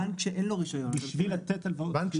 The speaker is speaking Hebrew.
בשביל לתת הלוואות.